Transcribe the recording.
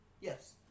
Yes